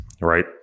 right